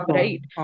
right